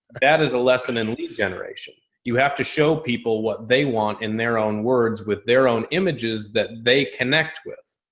that is a lesson in lead generation. you have to show people what they want in their own words with their own images that they connect with.